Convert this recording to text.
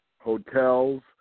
hotels